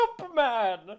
Superman